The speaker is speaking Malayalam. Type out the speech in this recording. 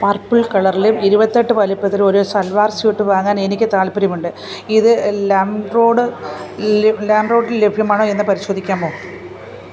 പർപ്പിൾ കളറിലും ഇരുപത്തെട്ട് വലിപ്പത്തിലും ഒരു സൽവാർ സ്യൂട്ടു വാങ്ങാൻ എനിക്ക് താൽപ്പര്യമുണ്ട് ഇത് ലംറോഡ് ലംറോഡിൽ ലഭ്യമാണോ എന്ന് പരിശോധിക്കാമോ